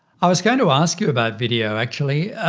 i was going to ask you about video actually.